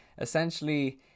essentially